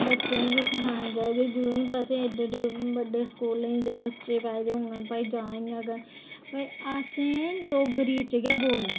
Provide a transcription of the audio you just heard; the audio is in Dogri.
बच्चें गी बी सखानी चाहिदी जरूरी निं ऐ की एड्डे बड्डे स्कूलें ई पाि दे होन की भई जाच निं आवै असें डोगरी गै बोलना